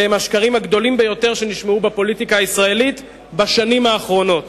אלה הם השקרים הגדולים ביותר שנשמעו בפוליטיקה הישראלית בשנים האחרונות.